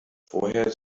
vorher